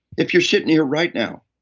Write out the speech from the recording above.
if you're sitting here right now.